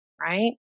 right